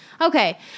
Okay